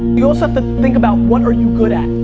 you also have to think about, what are you good at?